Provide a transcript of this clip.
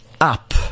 up